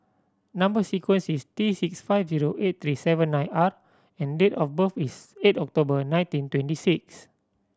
number sequence is T six five zero eight three seven nine R and date of birth is eight October nineteen twenty six